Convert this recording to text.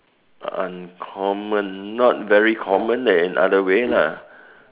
uncommon not very common leh in other way lah